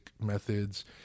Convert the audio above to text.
methods